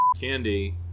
candy